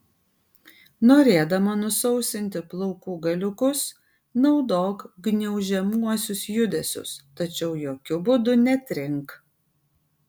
norėdama nusausinti plaukų galiukus naudok gniaužiamuosius judesius tačiau jokiu būdu netrink